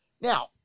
Now